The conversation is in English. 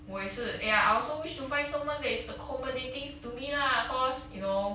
我也是 eh I also wish to find someone that is accommodating to me lah cause you know